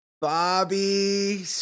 Bobby